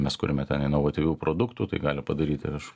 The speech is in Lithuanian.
mes kuriame ten inovatyvių produktų tai gali padaryti vieš